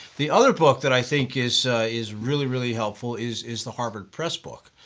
the other book that i think is is really, really helpful is is the harvard pressbook.